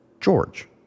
George